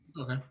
okay